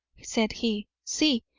said he. see!